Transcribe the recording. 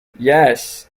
yes